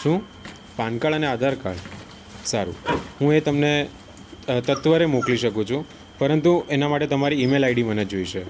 શું પાનકાર્ડ અને આધારકાર્ડ સારું હું એ તમને તત્વરે મોકલી શકું છું પરંતુ એના માટે તમારી ઇમેલ આઇડી મને જોઈશે